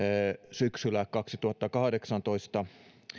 syksyllä kaksituhattakahdeksantoista